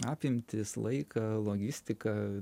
apimtis laiką logistiką